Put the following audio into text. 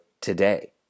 today